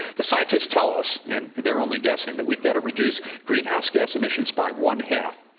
the scientists tell us and they're only guessing that we've got to reduce greenhouse gas emissions by one half,